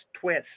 twist